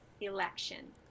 election